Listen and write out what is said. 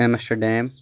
Amsterdam